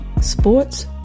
sports